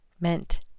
meant